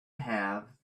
have